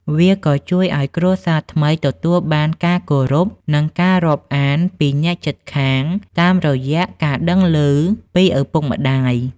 វាក៏ជួយឱ្យគ្រួសារថ្មីទទួលបានការគោរព និងការរាប់អានពីអ្នកជិតខាងតាមរយៈការដឹងឮពីឪពុកម្ដាយ។